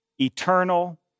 eternal